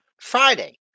Friday